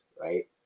right